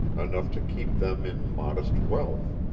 enough to keep them in modest wealth.